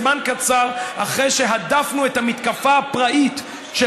זמן קצר אחרי שהדפנו את המתקפה הפראית של